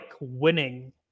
winning